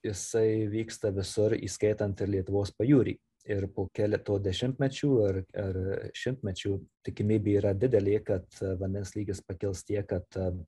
jisai vyksta visur įskaitant ir lietuvos pajūrį ir po keleto dešimtmečių ar ar šimtmečių tikimybė yra didelė kad vandens lygis pakils tiek kad